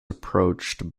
approached